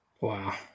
Wow